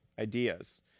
ideas